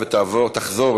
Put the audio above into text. התשע"ז 2017,